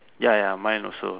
ya ya mine also